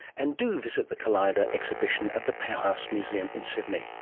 and do visit the collider exhibition at the powerhouse museum in sydney